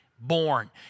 born